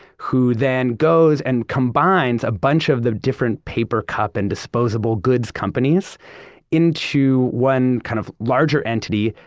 who then goes and combines a bunch of the different paper cup and disposable goods companies into one kind of, larger entity,